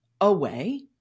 away